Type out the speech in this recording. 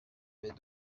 mais